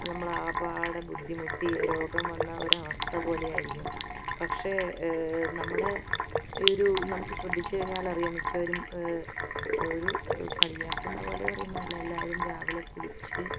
നമ്മളാകപ്പാടെ ബുദ്ധിമുട്ടി രോഗം വന്ന ഒരവസ്ഥ പോലെയായിരിക്കും പക്ഷേ നമ്മുടെ ഒരു നമുക്ക് ശ്രദ്ധിച്ച് കഴിഞ്ഞാലറിയാം മിക്കവരും ഇപ്പം ഒരു കളിയാക്കുന്ന പോലെ പറയുന്നതല്ല എല്ലാവരും രാവിലെ കുളിച്ച്